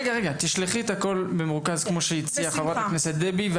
תשלחי את הכול במרוכז כמו שהציעה חברת הכנסת דבי,